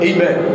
Amen